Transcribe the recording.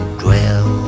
dwell